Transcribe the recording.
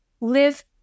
live